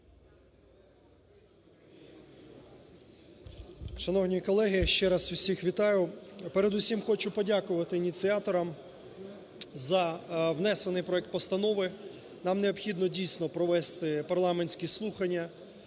Шановні колеги, ще раз всіх вітаю. Передусім хочу подякувати ініціаторам за внесений проект постанови. Нам необхідно дійсно провести парламентські слухання